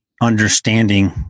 understanding